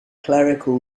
clerical